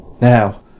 Now